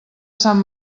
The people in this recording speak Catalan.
sant